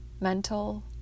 mental